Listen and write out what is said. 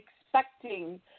expecting